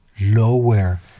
lower